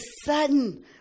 sudden